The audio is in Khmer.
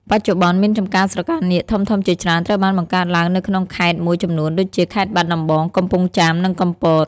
បច្ចុប្បន្ន មានចម្ការស្រកានាគធំៗជាច្រើនត្រូវបានបង្កើតឡើងនៅក្នុងខេត្តមួយចំនួនដូចជា ខេត្តបាត់ដំបង កំពង់ចាម និងកំពត។